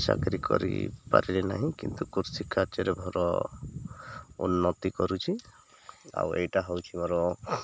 ଚାକିରୀ କରିପାରିଲି ନାହିଁ କିନ୍ତୁ କୃଷି କାର୍ଯ୍ୟରେ ଭଲ ଉନ୍ନତି କରୁଛି ଆଉ ଏଇଟା ହେଉଛି ମୋର